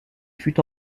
fut